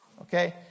Okay